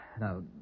Now